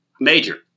major